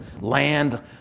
land